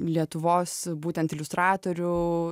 lietuvos būtent iliustratorių